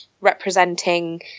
representing